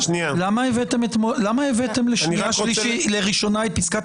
למה הבאתם לקריאה ראשונה את פסקת